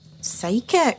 psychic